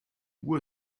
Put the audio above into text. uhr